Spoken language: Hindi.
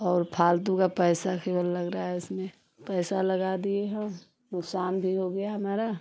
और फ़ालतू का पैसा केवल लग रहा है इसमें पैसा लगा दिए हैं नुक़सान भी हो गया हमारा